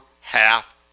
half